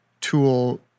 tool